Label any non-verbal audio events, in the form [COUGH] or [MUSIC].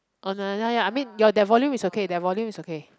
[NOISE] ya I mean your that volume is okay that volume is okay